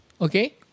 okay